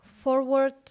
forward